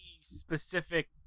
specific